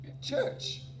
church